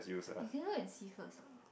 see first ah